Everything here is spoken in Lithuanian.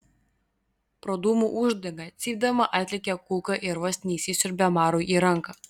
pro dūmų uždangą cypdama atlėkė kulka ir vos neįsisiurbė marui į ranką